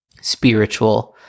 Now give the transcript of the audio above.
spiritual